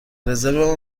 رزرو